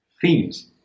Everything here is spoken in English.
themes